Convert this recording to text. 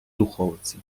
духовці